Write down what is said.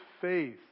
faith